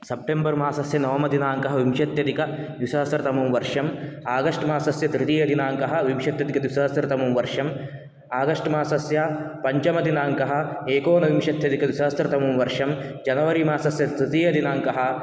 सप्टेम्बर्मासस्य नवमदिनाङ्कः विंशत्यधिकद्विसहस्रतमो वर्षम् आगष्ट्मासस्य तृतीयदिनाङ्कः विंशत्यधिकद्विसहस्रतमो वर्षम् आगष्ट्मासस्य पञ्चमदिनाङ्कः एकोनविंशत्यधिकद्विसहस्रतमो वर्षं जनवरीमासस्य तृतीयदिनाङ्कः